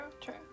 true